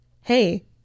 hey